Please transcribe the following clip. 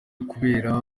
kubera